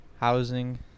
Housing